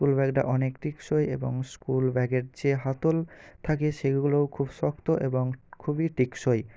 school ব্যাগটা অনেক টেকসই এবং স্কুল ব্যাগের যে হাতল থাকে সেগুলোও খুব শক্ত এবং খুবই টেকসই